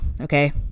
okay